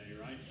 right